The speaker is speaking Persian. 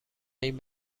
این